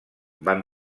van